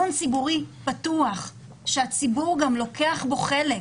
פתוח, שהציבור לוקח בו חלק.